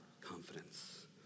confidence